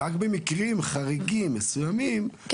רק במקרים חריגים מסוימים,